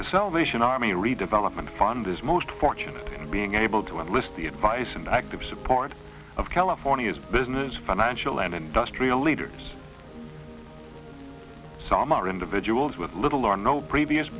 the salvation army redevelopment fund is most fortunate in being able to enlist the advice and active support of california's business financial and industrial leaders some are individuals with little or no previous